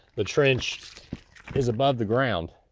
the trench is above the ground.